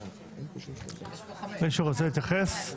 מישהו רוצה להתייחס?